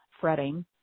fretting